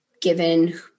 given